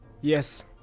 yes